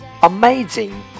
Amazing